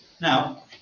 Now